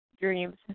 dreams